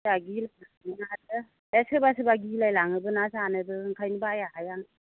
जोंहा गिलाय लाङोना आरो बे सोरबा सोरबा गिलालायलाङोबो ना जानोबो ओंखायनो बाइयाहाय आं